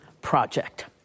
project